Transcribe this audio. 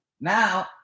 Now